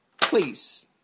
Please